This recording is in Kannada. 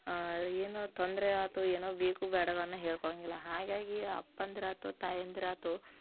ಏನೋ ತೊಂದರೆ ಆಯ್ತು ಏನು ಬೇಕು ಬೇಡವನ್ನ ಹೇಳ್ಕೊಳ್ಳಂಗಿಲ್ಲ ಹಾಗಾಗಿ ಅಪ್ಪಂದಿರಾಯ್ತು ತಾಯಂದಿರಾಯ್ತು